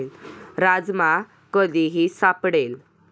राजमा कधीही सापडेल